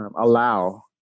allow